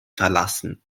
verlassen